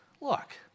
look